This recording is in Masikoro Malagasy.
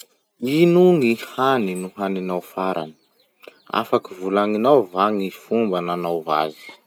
Ino gny hany nohaninao farany? Afaky volagninao va gny fomba nanaova azy?